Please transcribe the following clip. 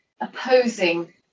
opposing